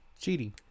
cheating